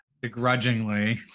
begrudgingly